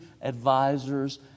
advisors